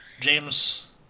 James